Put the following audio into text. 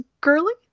girly